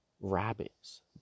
rabbits